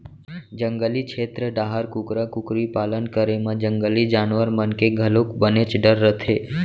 जंगली छेत्र डाहर कुकरा कुकरी पालन करे म जंगली जानवर मन के घलोक बनेच डर रथे